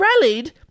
rallied